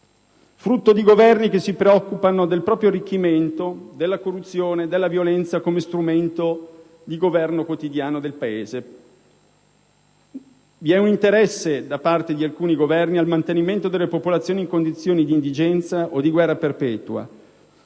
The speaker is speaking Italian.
frutto di Governi che si preoccupano del proprio arricchimento, e che fanno della corruzione e della violenza strumenti di governo quotidiano del Paese. Vi è un interesse da parte di alcuni Governi al mantenimento delle popolazioni in condizioni di indigenza o di guerra perpetua,